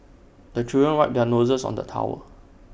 the children wipe their noses on the towel